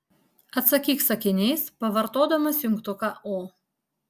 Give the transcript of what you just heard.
atsakyk sakiniais pavartodamas jungtuką o